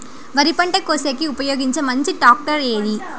వరి పంట కోసేకి ఉపయోగించే మంచి టాక్టర్ ఏది?